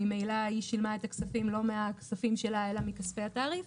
ממילא היא שילמה את הכספים לא מהכספים שלה אלא מכספי התעריף,